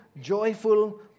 joyful